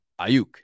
Ayuk